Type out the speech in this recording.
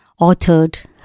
authored